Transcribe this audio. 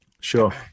Sure